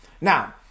Now